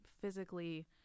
physically